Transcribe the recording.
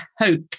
hope